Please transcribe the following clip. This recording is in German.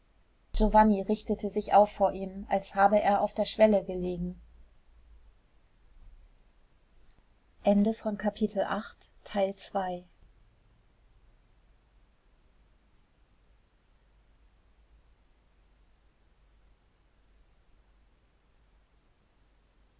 giovanni richtete sich auf vor ihm als habe er auf der schwelle gelegen